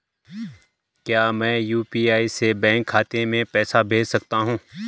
क्या मैं यु.पी.आई से बैंक खाते में पैसे भेज सकता हूँ?